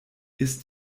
ist